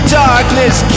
darkness